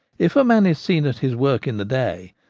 if a man is seen at his work in the day,